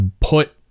put